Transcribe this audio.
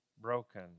broken